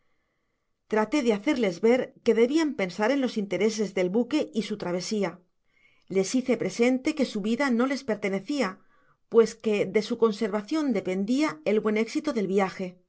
traté de hacerles ver que debian pensar en los intereses del buque y su travesia les hice presente que su vida no les pertenecía pues que de su conservacion dependia el buen éxito del viaje